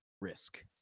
risk